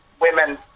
women